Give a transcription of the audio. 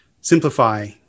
simplify